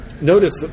Notice